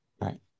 Right